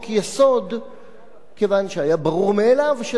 כיוון שהיה ברור מאליו שזו דמותה של המדינה.